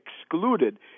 excluded